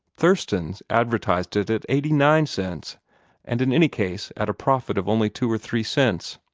thurston's advertised it at eighty-nine cents and in any case at a profit of only two or three cents.